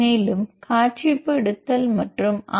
மேலும் காட்சிப்படுத்தல் மற்றும் ஆர்